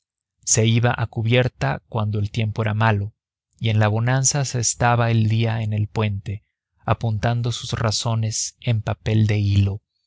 se iba a cubierta cuando el tiempo era malo y en la bonanza se estaba el día en el puente apuntando sus razones en papel de hilo